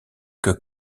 que